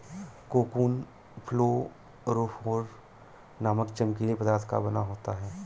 cocoon fluorophore नामक चमकीले पदार्थ का बना होता है